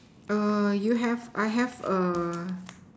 you have I have